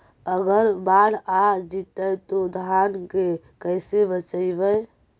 अगर बाढ़ आ जितै तो धान के कैसे बचइबै?